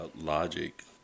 logic